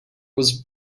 was